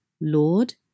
Lord